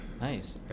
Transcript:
Nice